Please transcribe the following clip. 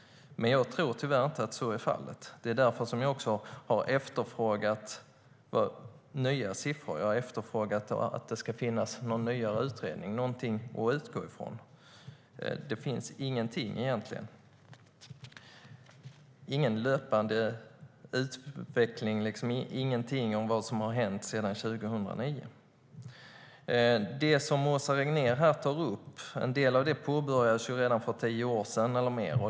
Men jag tror tyvärr inte att så är fallet. Det är därför som jag har efterfrågat nya siffror. Jag har efterfrågat någon nyare utredning, någonting att utgå från. Det finns egentligen ingenting, ingen löpande utveckling, ingenting om vad som har hänt sedan 2009. En del av det som Åsa Regnér här tar upp påbörjades redan för tio år sedan eller mer.